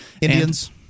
Indians